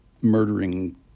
murdering